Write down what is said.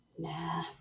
Nah